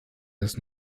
des